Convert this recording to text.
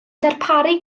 darparu